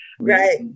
Right